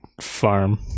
farm